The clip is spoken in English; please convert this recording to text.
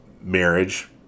marriage